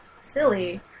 silly